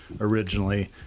originally